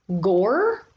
gore